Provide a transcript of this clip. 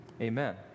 Amen